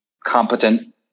competent